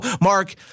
Mark